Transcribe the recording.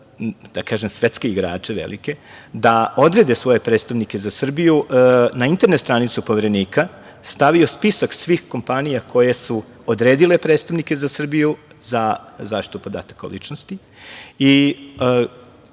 da kažem svetske igrače, velike, da odrede svoje predstavnike za Srbiju na internet stranicu Poverenika sam stavio spisak svih kompanija koje su odredile predstavnike za Srbiju za zaštitu podataka o ličnosti